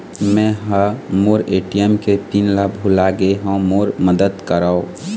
मै ह मोर ए.टी.एम के पिन ला भुला गे हों मोर मदद करौ